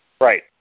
Right